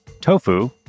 Tofu